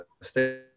stay